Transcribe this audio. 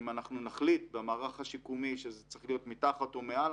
אם אנחנו נחליט במערך השיקומי שזה צריך להיות מתחת או מעל,